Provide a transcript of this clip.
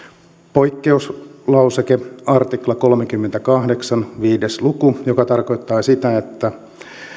poikkeuslauseke artikla kolmekymmentäkahdeksan luku viisi joka tarkoittaa sitä että